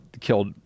killed